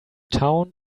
town